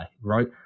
right